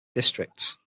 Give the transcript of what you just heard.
districts